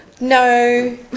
No